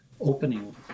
opening